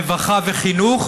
רווחה וחינוך,